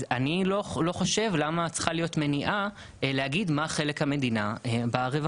אז אני לא חושב שצריכה להיות מניעה להגיד מה חלק המדינה ברווחים.